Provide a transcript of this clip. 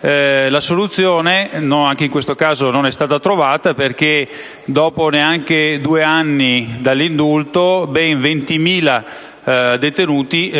la soluzione non è stata trovata perché, dopo neanche due anni dall'ultimo indulto, ben 20.000 detenuti